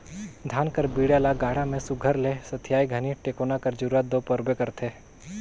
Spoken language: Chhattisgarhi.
धान कर बीड़ा ल गाड़ा मे सुग्घर ले सथियाए घनी टेकोना कर जरूरत दो परबे करथे